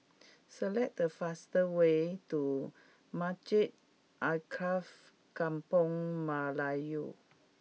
select the fast way to Masjid Alkaff Kampung Melayu